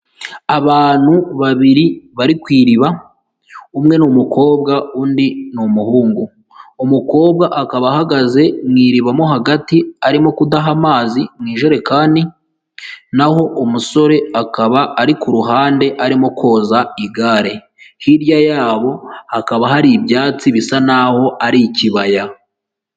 Abantu babiri bari ku iriba, umwe ni umukobwa undi ni umuhungu, umukobwa akaba ahagaze mu iribamo hagati arimo kudaha amazi mu ijerekani, naho umusore akaba ari ku ruhande arimo koza igar, hirya yabo hakaba hari ibyatsi bisa naho ari ikibaya.